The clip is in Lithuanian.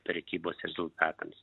prekybos rezultatams